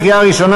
לקריאה ראשונה.